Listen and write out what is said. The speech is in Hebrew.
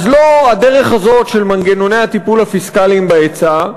אז לא הדרך הזאת של מנגנוני הטיפול הפיסקליים בהיצע,